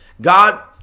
God